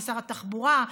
לשר התחבורה,